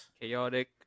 Chaotic